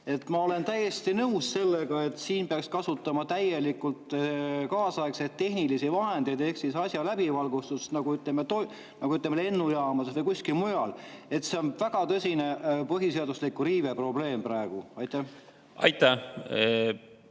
Ma olen täiesti nõus sellega, et siin peaks kasutama täielikult kaasaegseid tehnilisi vahendeid ehk siis asja läbivalgustust nagu, ütleme, lennujaamades või kuskil mujal. See on väga tõsine põhiseaduse riive probleem praegu. Aitäh,